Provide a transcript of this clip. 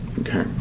okay